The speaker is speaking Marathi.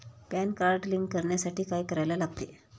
पॅन कार्ड लिंक करण्यासाठी काय करायला लागते?